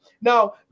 Now